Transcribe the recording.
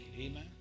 Amen